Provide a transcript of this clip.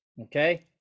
Okay